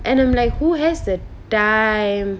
and I'm like who has the time